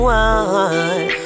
one